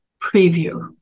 preview